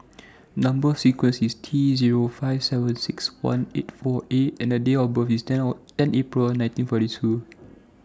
Number sequence IS T Zero five seven six one eight four A and Date of birth IS ten Or ten April nineteen forty two